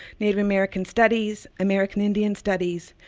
native american studies, american indian studies,